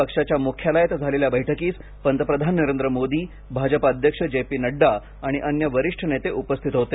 पक्षाच्या मुख्यालयात झालेल्या बैठकीस पंतप्रधान नरेंद्र मोदी भाजप अध्यक्ष जे पी नड्डा आणि अन्य वरिष्ठ नेते उपस्थित होते